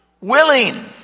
willing